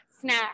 Snack